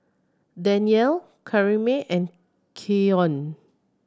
Danyel Karyme and Keion